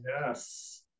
yes